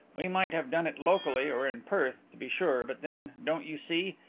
we might have done it locally or in perth, to be sure, but then, don't you see,